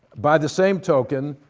by the same token,